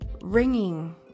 ringing